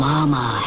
Mama